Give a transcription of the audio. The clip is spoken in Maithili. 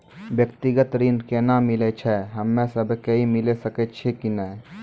व्यक्तिगत ऋण केना मिलै छै, हम्मे सब कऽ मिल सकै छै कि नै?